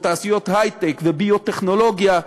זה תעשיות היי-טק וביו-טכנולוגיה.